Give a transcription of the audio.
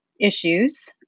issues